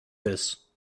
this